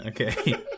Okay